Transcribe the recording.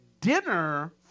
dinner